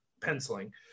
penciling